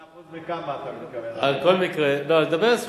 2% מכמה, אתה, לא, אני מדבר על סכומים,